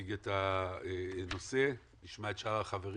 שיציג את הנושא ונשמע את שאר החברים,